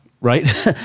right